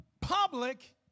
public